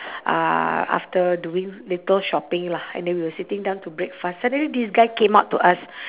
uh after doing little shopping lah and then we were sitting down to break fast suddenly this guy came up to us